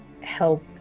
help